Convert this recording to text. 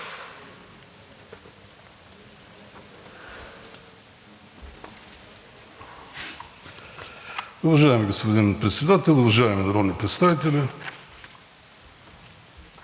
Уважаеми господин Председател, уважаеми народни представители!